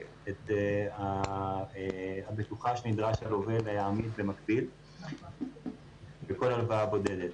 את הבטוחה שנדרש הלווה להעמיד במקביל בכל הלוואה בודדת.